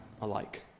alike